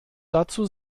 dazu